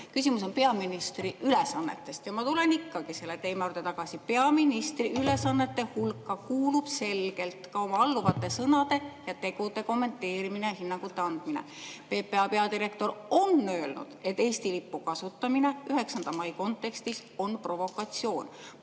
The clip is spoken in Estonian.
Küsimus on peaministri ülesannete kohta ja ma tulen ikkagi selle teema juurde tagasi. Peaministri ülesannete hulka kuulub selgelt ka oma alluvate sõnade ja tegude kommenteerimine, hinnangute andmine. PPA peadirektor on öelnud, et Eesti lipu kasutamine 9. mai kontekstis on provokatsioon.